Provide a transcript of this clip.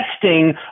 testing